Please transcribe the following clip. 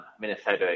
minnesota